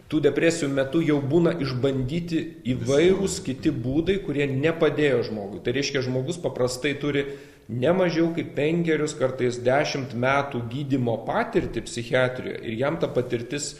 tų depresijų metu jau būna išbandyti įvairūs kiti būdai kurie nepadėjo žmogui tai reiškia žmogus paprastai turi ne mažiau kaip penkerius kartais dešimt metų gydymo patirtį psichiatrijoj ir jam ta patirtis